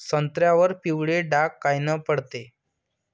संत्र्यावर पिवळे डाग कायनं पडते?